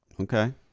Okay